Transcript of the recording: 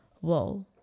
whoa